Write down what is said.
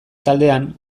taldean